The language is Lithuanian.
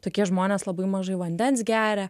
tokie žmonės labai mažai vandens geria